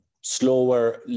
slower